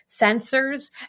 sensors